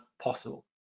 possible